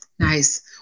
Nice